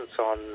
on